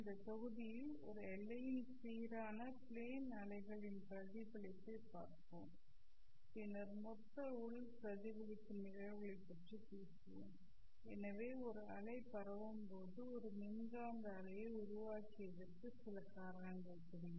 இந்த தொகுதியில் ஒரு எல்லையில் சீரான பிளேன் அலைகளின் பிரதிபலிப்பைப் பார்ப்போம் பின்னர் மொத்த உள் பிரதிபலிப்பின் நிகழ்வுகளைப் பற்றி பேசுவோம் எனவே ஒரு அலை பரவும் போது ஒரு மின்காந்த அலையை உருவாக்கியதற்கு சில காரணங்கள் தெரியும்